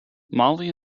mollie